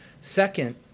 Second